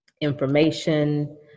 information